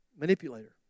manipulator